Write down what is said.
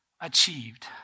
achieved